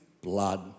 blood